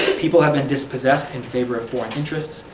people have been dispossessed in favor of foreign interest,